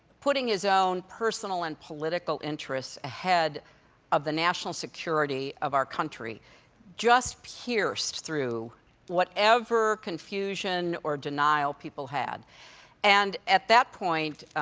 putting his own personal and political interests ahead of the national security of our country just pierced through whatever confusion or denial people had and, at that point,